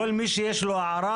כל מי שיש לו הערה,